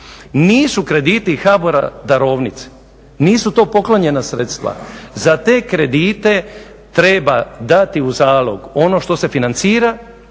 Nisu krediti HBOR-a darovnice, nisu to poklonjena sredstva. Za te kredite treba dati u zalog ono što se financira,